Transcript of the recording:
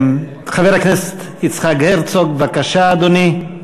חבר הכנסת יצחק הרצוג בבקשה, אדוני,